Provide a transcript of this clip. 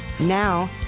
Now